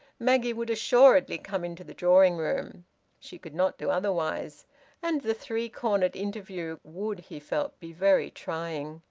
maggie would assuredly come into the drawing-room she could not do otherwise and the three-cornered interview would, he felt, be very trying.